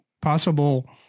possible